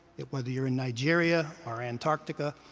whether you're in nigeria or antarctica,